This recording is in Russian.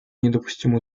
недопустимо